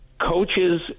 coaches